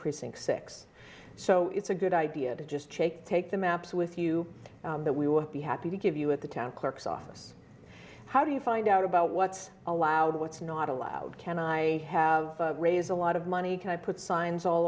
precinct six so it's a good idea to just take take the maps with you that we would be happy to give you at the town clerk's office how do you find out about what's allowed what's not allowed can i have raised a lot of money can i put signs all